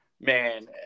man